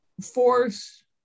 force